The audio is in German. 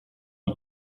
die